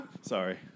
sorry